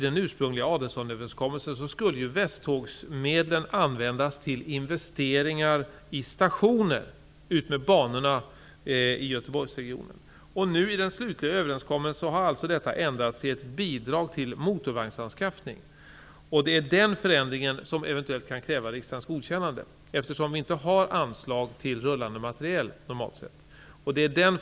den slutliga överenskommelsen har det alltså ändrats till ett bidrag till motorvagnsanskaffning. Det är den förändringen som eventuellt kan kräva riksdagens godkännade, eftersom vi egentligen inte har anslag till rullande materiel.